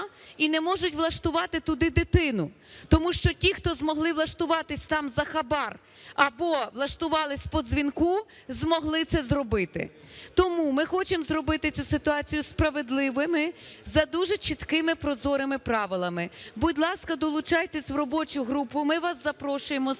і не можуть влаштувати туди дитину, тому що ті, хто змогли влаштуватись там за хабар або влаштувались по дзвінку, змогли це зробити. Тому ми хочемо зробити цю ситуацію справедливою за дуже чіткими, прозорими правилами. Будь ласка, долучайтесь в робочу групу, ми вас запрошуємо особисто.